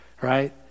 Right